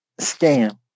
scam